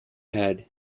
head